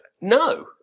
No